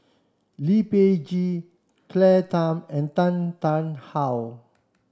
Lee Peh Gee Claire Tham and Tan Tarn How